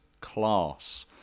Class